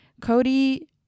Cody